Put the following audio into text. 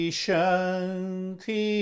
shanti